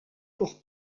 pour